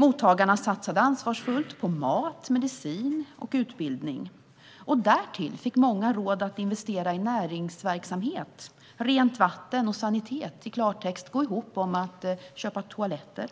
Mottagarna satsade ansvarsfullt på mat, medicin och utbildning. Därtill fick många råd att investera i näringsverksamhet, rent vatten och sanitet. I klartext gick de ihop för att köpa toaletter,